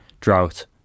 drought